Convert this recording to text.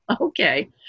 okay